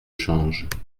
change